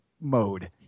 mode